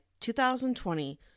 2020